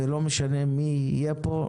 ולא משנה מי יהיה פה.